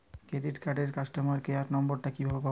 Credit কার্ডের customer care number টা কিভাবে পাবো?